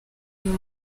uyu